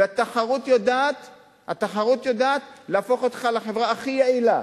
והתחרות יודעת להפוך אותך לחברה הכי יעילה